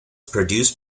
produced